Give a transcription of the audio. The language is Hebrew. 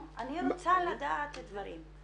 אני רוצה לדעת דברים.